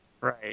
Right